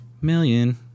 million